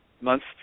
months